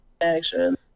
action